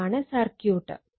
ഇതാണ് സർക്യൂട്ട്